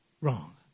wrong